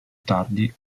tardi